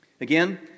Again